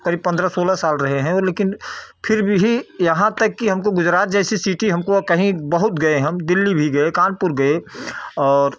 क़रीब पंद्रह सोलह साल रहे हैं लेकिन फिर भी यहाँ तक कि हमको गुजरात जैसी सिटी हमको कहीं बहुत गए हम दिल्ली भी गए कानपुर गए और